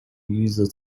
user